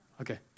Okay